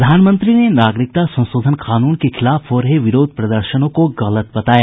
प्रधानमंत्री ने नागरिकता संशोधन कानून के खिलाफ हो रहे विरोध प्रदर्शनों को गलत बताया